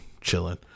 chilling